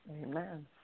Amen